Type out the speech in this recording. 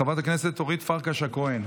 חברת הכנסת אורית פרקש הכהן,